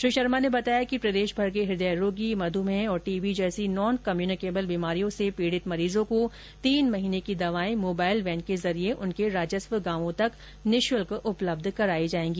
श्री शर्मा ने बताया कि प्रदेश भर के हृदय रोगी मधुमेह और टीबी जैसी नॉन कम्यूनिकेबल बीमारियों से पीड़ित मरीजों को तीन महीने की दवाएं मोबाइल वैन के जरिए उनके राजस्व गांवों तक निःशुल्क उपलब्ध कराई जाएगी